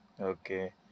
Okay